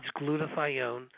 glutathione